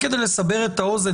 רק כדי לסבר את האוזן,